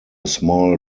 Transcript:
small